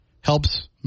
helps